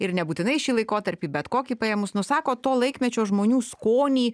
ir nebūtinai šį laikotarpį bet kokį paėmus nusako to laikmečio žmonių skonį